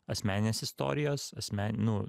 asmeninės istorijos asme nu